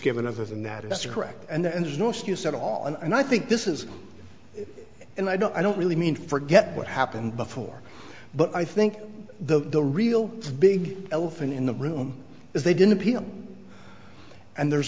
given other than that it's a correct and there's no excuse at all and i think this is and i don't i don't really mean forget what happened before but i think the real big elephant in the room is they didn't appeal and there's